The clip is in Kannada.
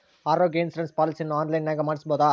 ಆರೋಗ್ಯ ಇನ್ಸುರೆನ್ಸ್ ಪಾಲಿಸಿಯನ್ನು ಆನ್ಲೈನಿನಾಗ ಮಾಡಿಸ್ಬೋದ?